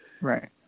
right